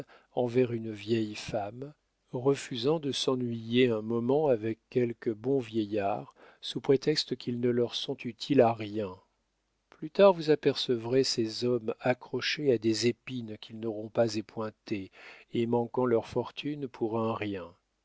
envers une vieille femme refusant de s'ennuyer un moment avec quelque bon vieillard sous prétexte qu'ils ne leur sont utiles à rien plus tard vous apercevrez ces hommes accrochés à des épines qu'ils n'auront pas épointées et manquant leur fortune pour un rien